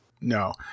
No